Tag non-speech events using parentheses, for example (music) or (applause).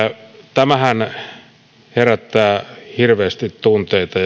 tämähän herättää hirveästi tunteita (unintelligible)